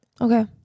Okay